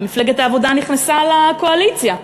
מפלגת העבודה נכנסה לקואליציה.